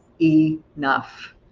enough